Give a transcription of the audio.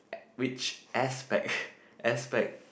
which expect expect